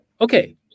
Okay